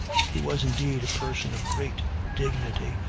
he was, indeed, a person of great dignity,